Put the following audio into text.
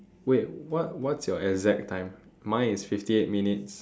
wait what's what's your exact time mine is fifty eight minutes